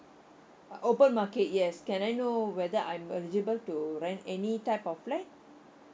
ah open market yes can I know whether I'm eligible to rent any type of flat